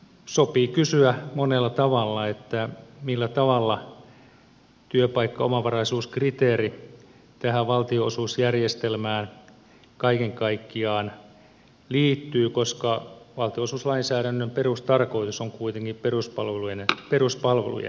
sopii kysyä monella tavalla millä tavalla työpaikkaomavaraisuuskriteeri tähän valtionosuusjärjestelmään kaiken kaikkiaan liittyy koska valtionosuuslainsäädännön perustarkoitus on kuitenkin peruspalvelujen rahoitus